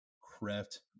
craft